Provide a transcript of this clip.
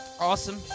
Awesome